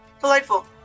Delightful